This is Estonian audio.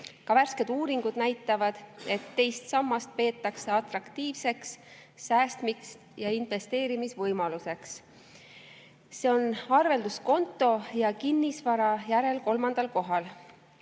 Ka värsked uuringud näitavad, et teist sammast peetakse atraktiivseks säästmise ja investeerimise võimaluseks. See on arvelduskonto ja kinnisvara järel kolmandal kohal.